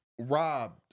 robbed